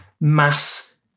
mass